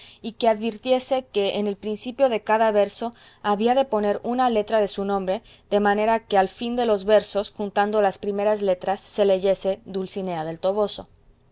y que advirtiese que en el principio de cada verso había de poner una letra de su nombre de manera que al fin de los versos juntando las primeras letras se leyese dulcinea del toboso